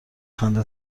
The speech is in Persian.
خنده